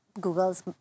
Google's